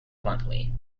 bluntly